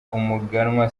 umuganwa